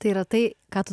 tai yra tai ką tu